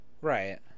Right